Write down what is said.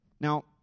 Now